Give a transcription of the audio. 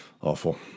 awful